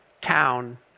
town